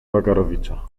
wagarowicza